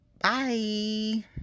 Bye